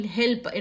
help